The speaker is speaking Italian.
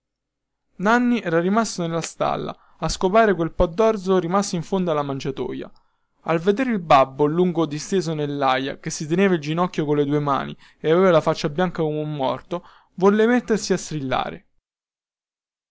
nanni era rimasto nella stalla a scopare quel po dorzo rimasto in fondo alla mangiatoia al vedere il babbo lungo disteso nellaia che si teneva il ginocchio colle due mani e aveva la faccia bianca come un morto volle mettersi a strillare